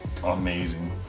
Amazing